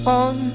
on